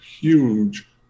huge